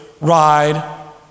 ride